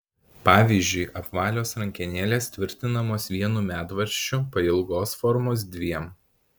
pavyzdžiui apvalios rankenėlės tvirtinamos vienu medvaržčiu pailgos formos dviem